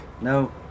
No